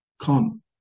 Come